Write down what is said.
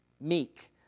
meek